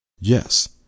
yes